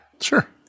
Sure